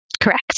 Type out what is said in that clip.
Correct